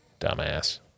Dumbass